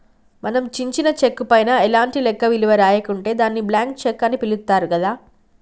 మనం చించిన చెక్కు పైన ఎలాంటి లెక్క విలువ రాయకుంటే దాన్ని బ్లాంక్ చెక్కు అని పిలుత్తారు గదా